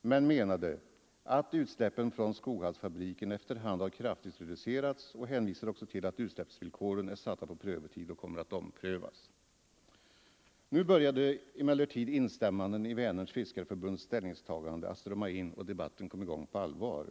men menade att utsläppen från Skoghallsfabriken efter hand har kraftigt reducerats och hänvisade också till att utsläppsvillkoren är satta på prövotid och kommer att omprövas. Nu började emellertid instämmanden i Vänerns fiskarförbunds ställningstagande att strömma in, och debatten kom i gång på allvar.